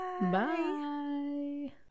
Bye